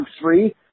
three